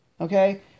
okay